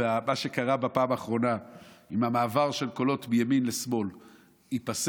ומה שקרה בפעם האחרונה עם המעבר של קולות מימין לשמאל ייפסק,